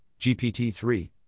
GPT-3